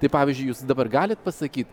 tai pavyzdžiui jūs dabar galit pasakyt